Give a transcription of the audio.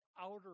outer